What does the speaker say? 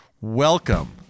Welcome